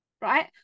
right